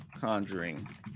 Conjuring